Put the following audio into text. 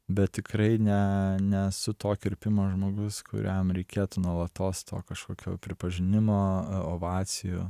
bet tikrai ne nesu to kirpimo žmogus kuriam reikėtų nuolatos to kažkokio pripažinimo ovacijų